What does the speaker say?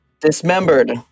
Dismembered